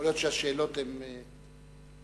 יכול להיות שהשאלות תואמות.